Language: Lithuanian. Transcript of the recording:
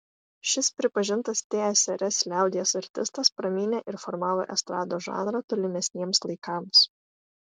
šis pripažintas tsrs liaudies artistas pramynė ir formavo estrados žanrą tolimesniems laikams